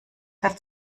wird